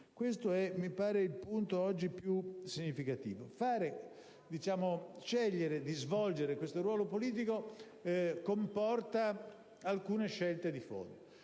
Questo mi pare il punto più significativo. Scegliere di svolgere questo ruolo politico comporta alcune scelte di fondo.